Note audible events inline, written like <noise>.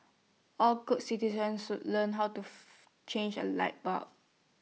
all good citizens should learn how to <unintelligible> change A light bulb